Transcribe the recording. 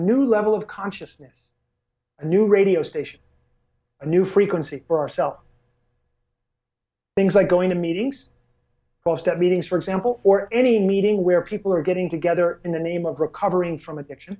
new level of consciousness a new radio station a new frequency for ourselves things like going to meetings post at meetings for example or any meeting where people are getting together in the name of recovering from addiction